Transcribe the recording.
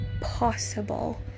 possible